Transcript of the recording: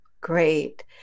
Great